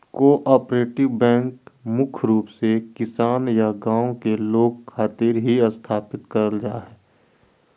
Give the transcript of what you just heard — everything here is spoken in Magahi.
कोआपरेटिव बैंक मुख्य रूप से किसान या गांव के लोग खातिर ही स्थापित करल जा हय